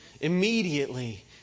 Immediately